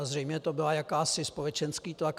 Zřejmě to byl jakýsi společenský tlak.